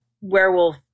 werewolf